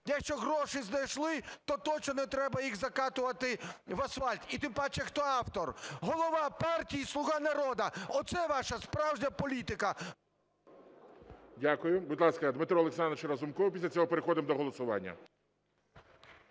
Якщо гроші знайшли, то точно не треба їх закатувати в асфальт. І тим паче хто автор – голова партії "Слуга народу". Оце ваша справжня політика. ГОЛОВУЮЧИЙ. Дякую. Будь ласка, Дмитро Олександрович Разумков, після цього переходимо до голосування.